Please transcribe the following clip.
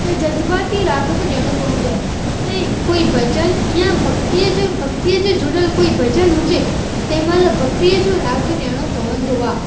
त जज़्बाती राग बि ॾियणो पवंदो आहे ऐं कोई भॼन या भक्तीअ जे भक्तीअ जे जुड़ियल कोई भॼन हुजे तंहिं महिल भक्तीअ जो राॻु ॾियणो पवंदो आहे